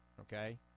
okay